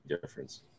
difference